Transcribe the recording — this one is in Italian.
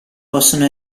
possono